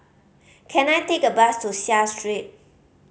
can I take a bus to Seah Street